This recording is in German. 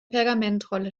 pergamentrolle